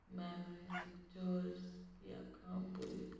में अपनी जिंदगी च केह् आक्खां बोलदी न